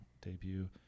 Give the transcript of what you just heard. debut